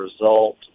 result